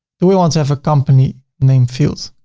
do we want to have a company name field?